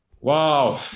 Wow